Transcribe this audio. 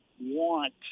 want